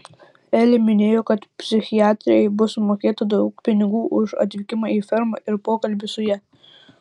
elė minėjo kad psichiatrei bus sumokėta daug pinigų už atvykimą į fermą ir pokalbį su ja